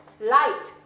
light